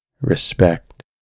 respect